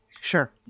Sure